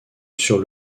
sur